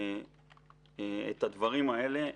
את הדברים האלה,